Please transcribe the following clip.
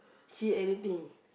see anything